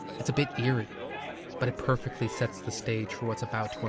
it's a bit eeire but it perfectly sets the stage for what's about to